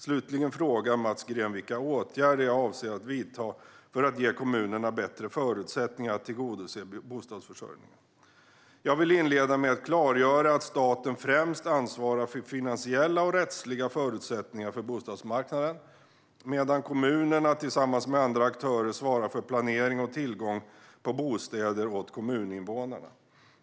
Slutligen frågar Mats Green vilka åtgärder jag avser att vidta för att ge kommunerna bättre förutsättningar att tillgodose bostadsförsörjningen. Jag vill inleda med att klargöra att staten främst ansvarar för finansiella och rättsliga förutsättningar för bostadsmarknaden medan kommunerna, tillsammans med andra aktörer, svarar för planering och tillgång på bostäder åt kommuninvånarna.